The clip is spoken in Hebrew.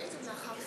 נתקבל.